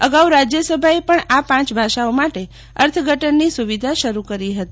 અગાઉ રાજ્યસભાએ પણ આ પાંચ ભાષાઓ માટે અર્થઘટનની સુવિધા શરૂ કરી હતી